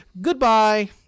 goodbye